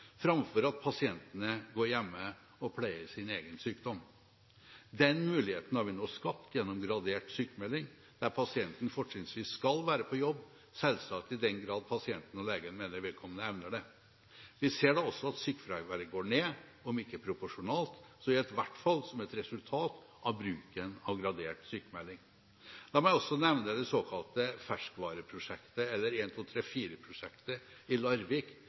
framfor at pasientene går hjemme og pleier sin egen sykdom. Den muligheten har vi nå skapt gjennom gradert sykmelding der pasienten fortrinnsvis skal være på jobb, selvsagt i den grad pasienten og legen mener vedkommende evner det. Vi ser også at sykefraværet går ned, om ikke proporsjonalt, så i hvert fall som et resultat av bruken av gradert sykmelding. La meg også nevne det såkalte Ferskvareprosjektet, eller 1-2-3-4-prosjektet i Larvik, der Nav har tatt initiativ til